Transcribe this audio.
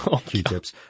Q-tips